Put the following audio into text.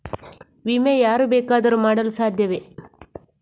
ವಿಮೆ ಯಾರು ಬೇಕಾದರೂ ಮಾಡಲು ಸಾಧ್ಯವೇ?